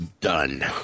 done